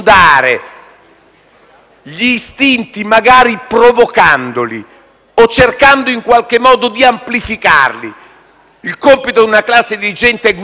gli istinti, magari provocandoli, o cercando in qualche modo di amplificarli. Il compito di una classe dirigente è guidare un Paese,